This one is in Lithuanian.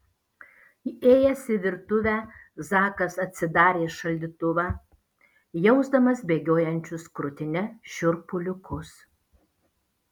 įėjęs į virtuvę zakas atsidarė šaldytuvą jausdamas bėgiojančius krūtine šiurpuliukus